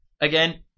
Again